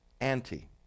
anti